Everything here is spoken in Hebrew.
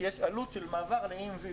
כי יש עלות של מעבר ל-EMV,